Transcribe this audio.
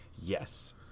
Yes